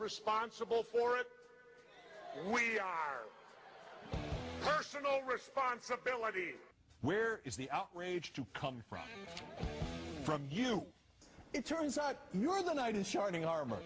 responsible for it personal responsibility where is the outrage to come from you it turns out you are the knight in shining armor